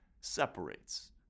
separates